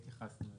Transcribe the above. התייחסתם?